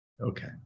Okay